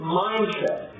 mindset